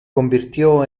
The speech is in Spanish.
convirtió